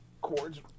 Cords